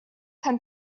hunt